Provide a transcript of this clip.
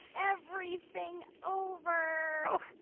everything over oh,